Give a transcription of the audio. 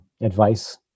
advice